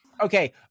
Okay